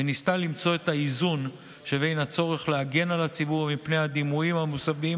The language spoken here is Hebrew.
וניסתה למצוא את האיזון שבין הצורך להגן על הציבור מפני הדמויים המוסבים